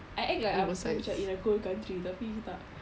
I act like aku in a cold country tapi tak